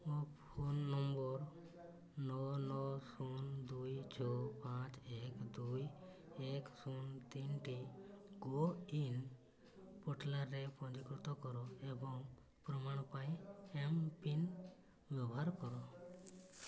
ମୋ phone number ନଅ ନଅ ଶୂନ ଦୁଇ ଛଅ ପାଞ୍ଚ ଏକ ଦୁଇ ଏକ୍ ଶୂନ ତିନି ଟି କୋୱିନ ପୋର୍ଟାଲରେ ପଞ୍ଜୀକୃତ କର ଏବଂ ପ୍ରମାଣ ପାଇଁ ଏମ୍ପିନ୍ ବ୍ୟବହାର କର